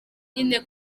nyine